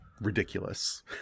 Ridiculous